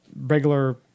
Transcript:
regular